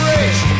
Rich